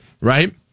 right